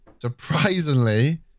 surprisingly